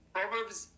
Proverbs